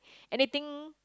anything